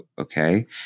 okay